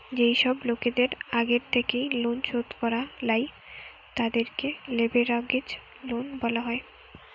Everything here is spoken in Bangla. যেই সব লোকদের আগের থেকেই লোন শোধ করা লাই, তাদেরকে লেভেরাগেজ লোন বলা হয়